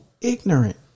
ignorant